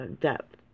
depth